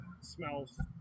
smells